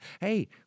hey